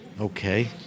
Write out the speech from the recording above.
Okay